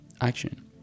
action